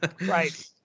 Right